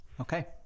Okay